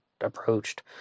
approached